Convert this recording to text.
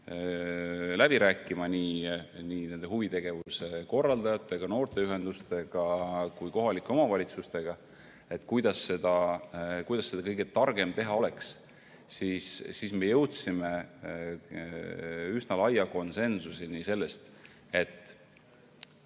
läbi rääkima nii huvitegevuse korraldajatega, noorteühendustega kui ka kohalike omavalitsustega, kuidas seda kõige targem teha oleks, siis me jõudsime üsna laiale konsensusele selles,